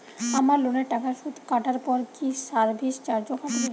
আমার লোনের টাকার সুদ কাটারপর কি সার্ভিস চার্জও কাটবে?